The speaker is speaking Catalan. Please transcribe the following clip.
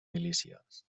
milícies